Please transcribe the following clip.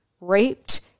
raped